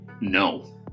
no